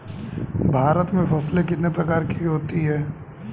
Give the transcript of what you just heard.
भारत में फसलें कितने प्रकार की होती हैं?